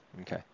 okay